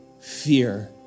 fear